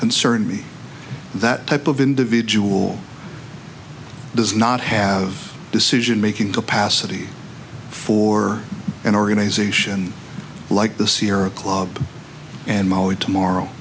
concern me that type of individual does not have decision making capacity for an organization like the sierra club and molly tomorrow